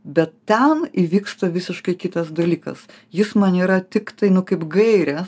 bet ten įvyksta visiškai kitas dalykas jis man yra tiktai nu kaip gairės